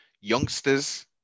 youngsters